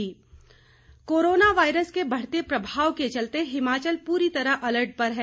corona virus corona virus के बढ़ते प्रभाव के चलते हिमाचल पूरी तरह अलर्ट पर है